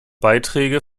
beiträge